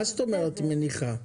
מה זאת אומרת מניחה?